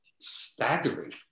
staggering